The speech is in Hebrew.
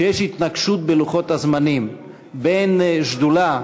שיש התנגשות בלוחות הזמנים בין שדולה,